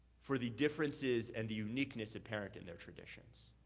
for the differences and the uniqueness apparent in their traditions.